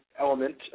element